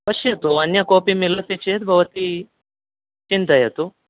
पश्यतु अन्य कोऽपि मिलति चेद् भवति चिन्तयतु